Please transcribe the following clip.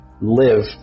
live